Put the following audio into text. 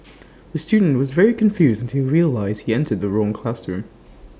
the student was very confused to realised entered the wrong classroom